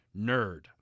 nerd